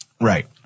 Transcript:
Right